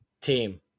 Team